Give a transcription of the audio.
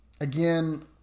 Again